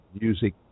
music